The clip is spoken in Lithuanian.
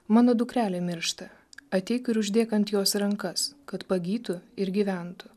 mano dukrelė miršta ateik ir uždėk ant jos rankas kad pagytų ir gyventų